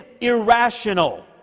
irrational